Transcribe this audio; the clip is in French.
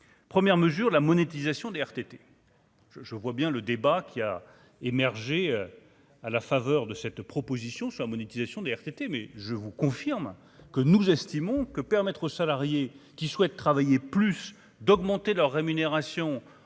première mesure, la monétisation des RTT je, je vois bien le débat qui a émergé à la faveur de cette proposition soit monétisation des RTT, mais je vous confirme que nous estimons que permettre aux salariés qui souhaitent travailler plus d'augmenter leur rémunération en